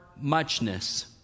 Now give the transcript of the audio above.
muchness